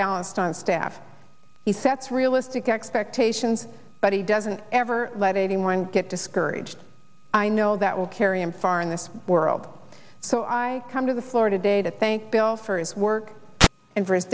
balanced on staff he sets realistic expectations but he doesn't ever let anyone get discouraged i know that will carry him far in this world so i come to the floor today to thank bill for his work and for